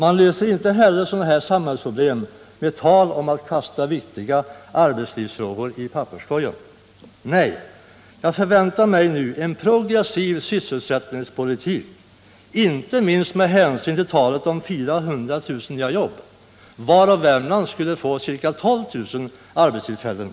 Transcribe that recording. Man löser inte heller sådana här samhällsproblem med tal om att kasta viktiga arbetslivsfrågor i papperskorgen. Nej, jag förväntar mig en progressiv sysselsättningspolitik — inte minst med hänsyn till talet om 400 000 nya jobb, varav Värmland skulle få ca 12000 arbetstillfällen.